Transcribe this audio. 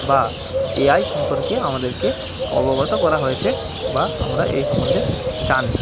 বা এআই সম্পর্কে আমাদেরকে অবগত করা হয়েছে বা আমরা এই সম্বন্ধে জানি